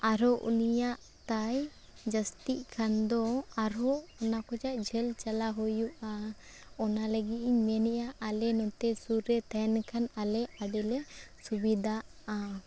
ᱟᱨᱦᱚᱸ ᱩᱱᱤᱭᱟᱜ ᱛᱟᱭ ᱡᱟᱹᱥᱛᱤᱜ ᱠᱷᱟᱱ ᱫᱚ ᱟᱨᱦᱚᱸ ᱚᱱᱟ ᱠᱷᱚᱡᱟᱜ ᱡᱷᱟᱹᱞ ᱪᱟᱞᱟᱣ ᱦᱩᱭᱩᱜᱼᱟ ᱚᱱᱟ ᱞᱟᱹᱜᱤᱫ ᱤᱧ ᱢᱮᱱᱮᱫᱼᱟ ᱟᱞᱮ ᱱᱚᱛᱮ ᱥᱩᱨ ᱨᱮ ᱛᱟᱦᱮᱱ ᱠᱷᱟᱱ ᱟᱞᱮ ᱟᱹᱰᱤᱞᱮ ᱥᱩᱵᱤᱫᱷᱟᱹᱜᱼᱟ